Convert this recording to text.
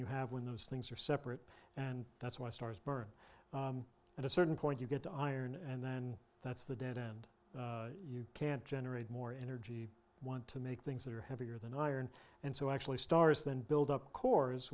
you have when those things are separate and that's why stars burn at a certain point you get the iron and then that's the dead end you can't generate more energy want to make things that are heavier than iron and so actually stars then build up cores